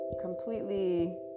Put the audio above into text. completely